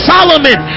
Solomon